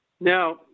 Now